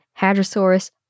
Hadrosaurus